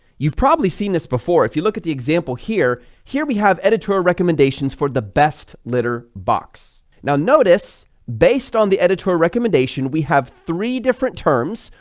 you've probably seen this before if you look at the example here here we have editorial recommendations for the best litter box, now notice based on the editor recommendation we have three different terms.